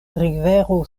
rivero